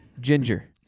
ginger